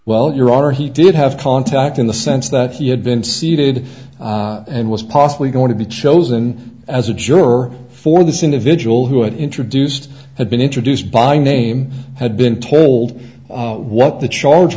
well your honor he did have contact in the sense that he had been seated and was possibly going to be chosen as a juror for this individual who had introduced had been introduced by name had been told what the charge